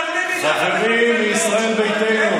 חבריי מישראל ביתנו,